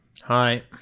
Hi